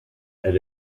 elle